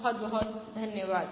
बहुत बहुत धन्यवाद